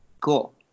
Cool